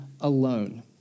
alone